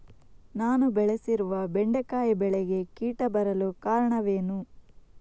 ನಾನು ಬೆಳೆಸಿರುವ ಬೆಂಡೆಕಾಯಿ ಬೆಳೆಗೆ ಕೀಟ ಬರಲು ಕಾರಣವೇನು?